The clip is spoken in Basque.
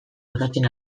gozatzen